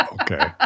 Okay